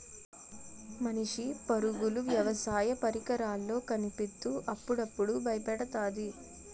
మనిషి పరుగులు వ్యవసాయ పరికరాల్లో కనిపిత్తు అప్పుడప్పుడు బయపెడతాది